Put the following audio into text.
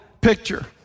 picture